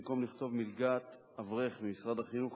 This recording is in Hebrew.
במקום לכתוב "מלגת אברך ממשרד החינוך",